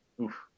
Oof